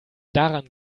daran